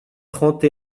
trente